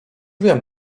wiem